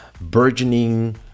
burgeoning